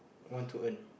want to earn